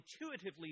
intuitively